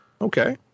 Okay